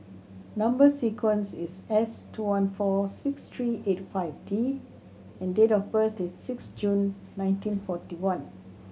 number sequence is S two one four six three eight five D and date of birth is six June nineteen forty one